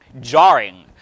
jarring